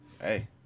Hey